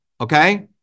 Okay